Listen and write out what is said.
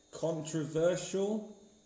controversial